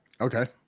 Okay